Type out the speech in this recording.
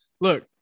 Look